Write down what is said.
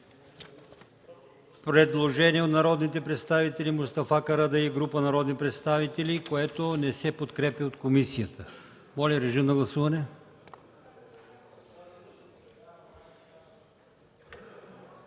предложение от народния представител Мустафа Карадайъ и група народни представители, което не се подкрепя от комисията. Гласували